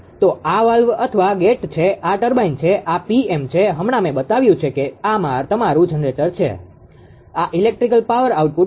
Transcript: તો આ વાલ્વ અથવા ગેટ છે આ ટર્બાઇન છે આ Pm છે હમણાં મેં બતાવ્યું છે કે આ તમારું જનરેટર છે આ ઇલેક્ટ્રિકલ પાવર આઉટપુટ છે